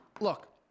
Look